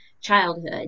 childhood